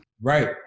Right